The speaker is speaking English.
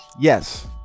Yes